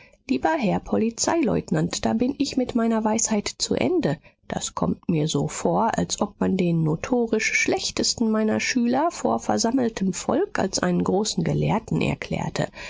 lieber herr polizeileutnant da bin ich mit meiner weisheit zu ende das kommt mir so vor als ob man den notorisch schlechtesten meiner schüler vor versammeltem volk als einen großen gelehrten erklärte